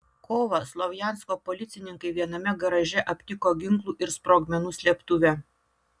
kovą slovjansko policininkai viename garaže aptiko ginklų ir sprogmenų slėptuvę